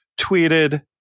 tweeted